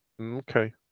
Okay